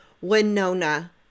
Winona